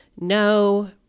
no